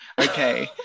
okay